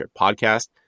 podcast